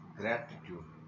gratitude